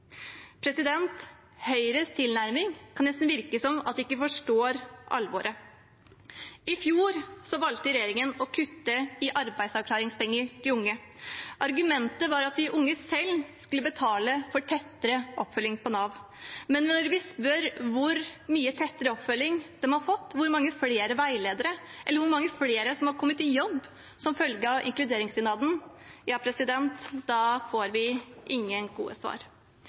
Høyres tilnærming kan nesten tyde på at de ikke forstår alvoret. I fjor valgte regjeringen å kutte i arbeidsavklaringspenger til unge. Argumentet var at de unge selv skulle betale for tettere oppfølging på Nav. Men når vi spør hvor mye tettere oppfølging de har fått, hvor mange flere veiledere det er, eller hvor mange flere som har kommet i jobb som følge av inkluderingsdugnaden, får vi ingen gode svar.